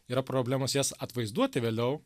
yra problemos jas atvaizduoti vėliau